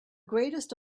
greatest